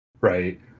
right